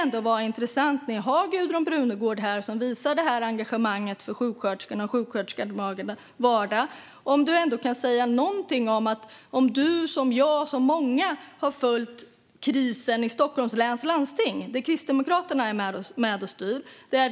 När jag nu har Gudrun Brunegård här, som visar detta engagemang för sjuksköterskorna och deras vardag, skulle det vara intressant om hon kunde säga någonting om huruvida hon liksom jag och många andra har följt krisen i Stockholms läns landsting, där Kristdemokraterna är med och styr.